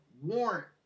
warrant